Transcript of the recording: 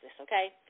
okay